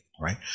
Right